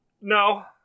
No